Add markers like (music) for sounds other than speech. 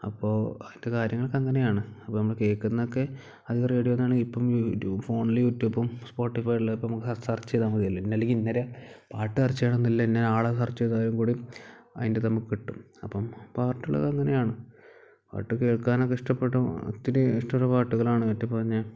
അപ്പോൾ അതിൻ്റെ കാര്യങ്ങളൊക്കെ അങ്ങനെയാണ് അപ്പം നമ്മൾ കേൾക്കുന്നതൊക്കെ അധികം റേഡിയോയിൽ നിന്നാണെങ്കിലും ഇപ്പം ഫോണിൽ യൂട്യൂബും സ്പോട്ടിഫൈിയിൽ ഇപ്പം നമുക്ക് സർച്ച് ചെയ്താൽ മതിയല്ലോ ഇന്ന അല്ലെങ്കിൽ ഇന്നവരെ പാട്ട് സർച്ച ചെയ്യണം എന്നില്ല ഇന്ന ആളെ സെർച്ച് ചെയ്താലും കൂടി അതിൻ്റെ നമുക്ക് കിട്ടും അപ്പം പാട്ടുകളൊക്കെ അങ്ങനെയാണ് പാട്ട് കേൾക്കാനൊക്കെ ഇഷ്ടപ്പെട്ടാൽ ഒത്തിരി ഇഷ്ടമുള്ളത് പാട്ടുകളാണ് (unintelligible)